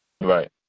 Right